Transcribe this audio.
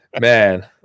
man